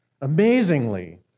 Amazingly